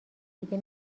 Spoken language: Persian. دیگه